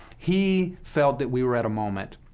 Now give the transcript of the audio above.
he felt that we were at a moment,